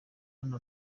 hano